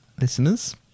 listeners